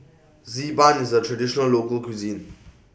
Z Ban IS A Traditional Local Cuisine